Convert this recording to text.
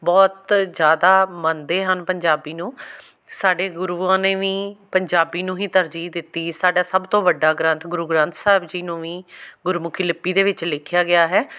ਬਹੁਤ ਜ਼ਿਆਦਾ ਮੰਨਦੇ ਹਨ ਪੰਜਾਬੀ ਨੂੰ ਸਾਡੇ ਗੁਰੂਆਂ ਨੇ ਵੀ ਪੰਜਾਬੀ ਨੂੰ ਹੀ ਤਰਜੀਹ ਦਿੱਤੀ ਸਾਡਾ ਸਭ ਤੋਂ ਵੱਡਾ ਗ੍ਰੰਥ ਗੁਰੂ ਗ੍ਰੰਥ ਸਾਹਿਬ ਜੀ ਨੂੰ ਵੀ ਗੁਰਮੁਖੀ ਲਿਪੀ ਦੇ ਵਿੱਚ ਲਿਖਿਆ ਗਿਆ ਹੈ